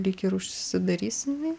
lyg ir užsidarys jinai